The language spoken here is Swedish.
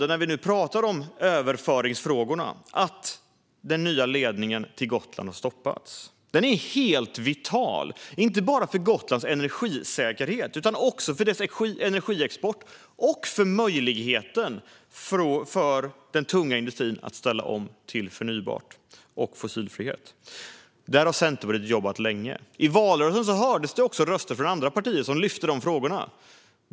När vi nu talar om överföringsfrågorna är det också oroande att den nya ledningen till Gotland har stoppats. Den är helt vital, inte bara för Gotlands energisäkerhet utan också för energiexporten och för den tunga industrins möjligheter att ställa om till förnybart och fossilfritt. Där har Centerpartiet jobbat länge. I valrörelsen hördes också röster från andra partier som lyfte dessa frågor.